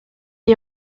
est